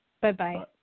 Bye-bye